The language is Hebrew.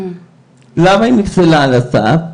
למה היא נפסלה על הסף?